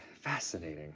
Fascinating